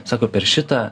sako per šitą